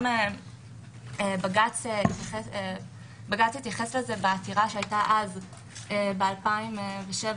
בג"ץ התייחס לזה בעתירה שהיתה ב-2007